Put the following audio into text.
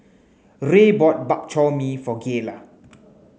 Ray bought Bak Chor Mee for Gayla